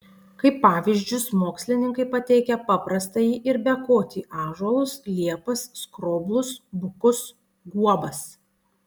kaip pavyzdžius mokslininkai pateikia paprastąjį ir bekotį ąžuolus liepas skroblus bukus guobas